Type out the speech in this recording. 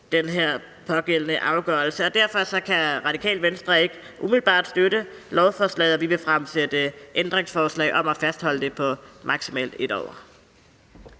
den her pågældende afgørelse. Derfor kan Radikale Venstre ikke umiddelbart støtte lovforslaget. Vi vil fremsætte ændringsforslag om at fastholde det på maksimalt 1 år.